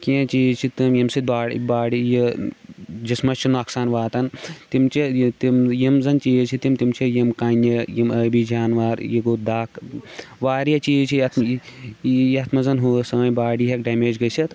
کینٛہہ چیٖز چھِ تِم ییٚمہِ سۭتۍ باڑ باڑی یہِ جِسمَس چھِ نۄقصان واتَان تِم چھِ یہِ تِم یِم زَن چیٖز چھِ تِم چھِ یِم کَنہِ یِم ٲبی جاناوار یہِ گوٚو دَکھ واریاہ چیٖز چھِ یَتھ یَتھ منٛزَ ہُہ سٲنۍ باڑی ہٮ۪کہِ ڈٮ۪میج گٔژھِتھ